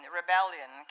rebellion